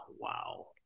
wow